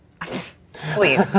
Please